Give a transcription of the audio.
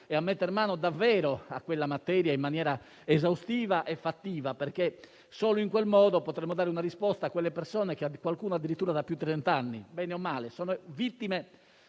e a mettere mano davvero alla materia in maniera esaustiva e fattiva, perché solo in quel modo potremo dare una risposta a quelle persone, qualcuno addirittura da più trenta anni, bene o male vittime